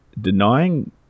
denying